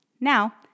Now